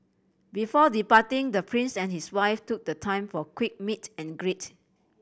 before departing the Prince and his wife took the time for a quick meet and greet